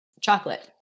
chocolate